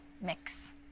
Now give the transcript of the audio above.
mix